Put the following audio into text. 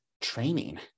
training